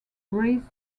razed